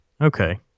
Okay